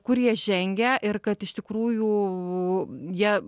kurie žengia ir kad iš tikrųjų jie